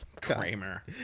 kramer